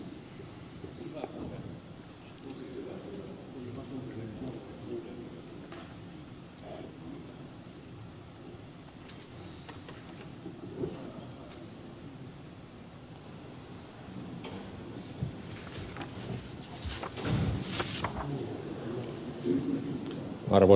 arvoisa puhemies